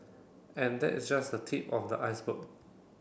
and that is just the tip of the iceberg